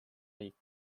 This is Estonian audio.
riik